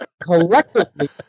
collectively